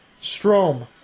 Strom